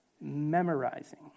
Memorizing